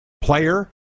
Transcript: player